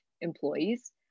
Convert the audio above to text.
employees